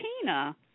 Tina